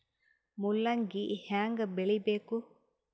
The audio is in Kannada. ಮೂಲಂಗಿ ಹ್ಯಾಂಗ ಬೆಳಿಬೇಕು?